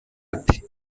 ati